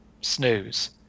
snooze